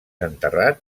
enterrat